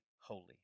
holy